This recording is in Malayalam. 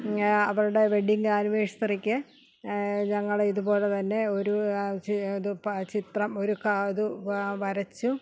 അവരുടെ വെഡ്ഡിങ്ങ് ആനുവേഴ്സറിക്ക് ഞങ്ങളിതു പോലെ തന്നെ ഒരു ഇതിപ്പോൾ ചിത്രം ഒരു ഇത് വരച്ചും